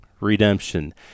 redemption